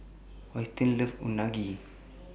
Austen loves Unagi